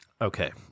Okay